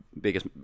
biggest